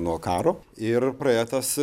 nuo karo ir praėję tas